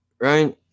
right